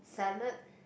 salad